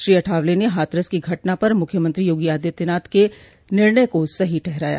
श्री अठावले ने हाथरस की घटना पर मुख्यमंत्री योगी आदित्यनाथ के निर्णय को सही ठहराया